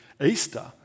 Easter